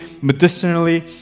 medicinally